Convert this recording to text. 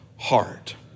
heart